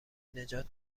نجات